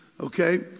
okay